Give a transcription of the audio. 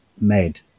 made